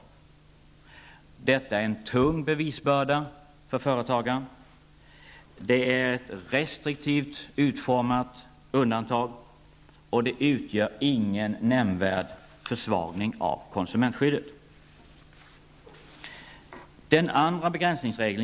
Detta är en tung bevisbörda för företagaren, det är ett restriktivt utformat undantag, och det utgör ingen nämnvärd försvagning av konsumentskyddet.